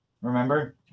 remember